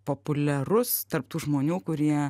populiarus tarp tų žmonių kurie